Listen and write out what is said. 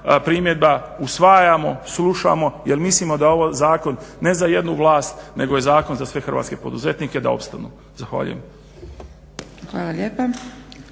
primjedba usvajamo je, slušamo jer mislimo da je ovo zakon ne za jednu vlast nego je zakon za sve hrvatske poduzetnike da opstanu. Zahvaljujem.